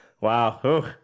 Wow